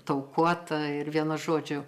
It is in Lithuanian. taukuota ir viena žodžiu